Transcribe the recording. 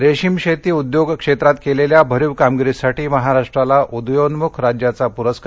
रेशीम शेती उद्योग क्षेत्रात केलेल्या भरीव कामगिरीसाठी महाराष्ट्राला उदयोन्मुख राज्याचा पुरस्कार